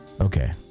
Okay